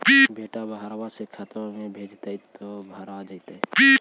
बेटा बहरबा से खतबा में भेजते तो भरा जैतय?